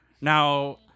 Now